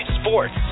sports